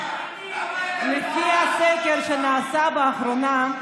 לפי הסקר שנעשה באחרונה,